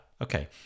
okay